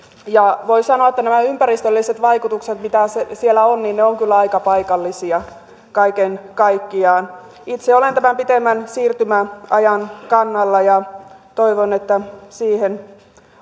voi sanoa että nämä ympäristölliset vaikutukset mitä siellä on ovat kyllä aika paikallisia kaiken kaikkiaan itse olen tämän pitemmän siirtymäajan kannalla ja toivon että siihen